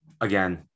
Again